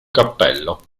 cappello